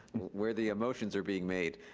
where the emotions are being made.